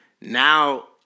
Now